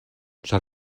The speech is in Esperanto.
ĉar